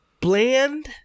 bland